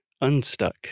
unstuck